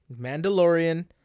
Mandalorian